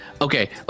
Okay